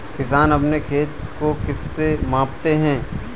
किसान अपने खेत को किससे मापते हैं?